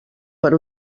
per